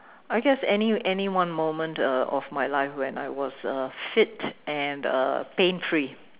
I guess any any one moment uh of my life when I was uh fit and uh pain free